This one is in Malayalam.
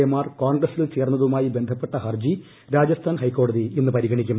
എ മാർ കോൺഗ്രസിൽ ചേർന്റ്തുമായി ബന്ധപ്പെട്ട ഹർജി രാജസ്ഥാൻ ഹൈക്കോടതി ഇന്നു പ്രിഗണിക്കും